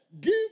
Give